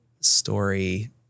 Story